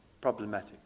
problematic